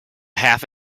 half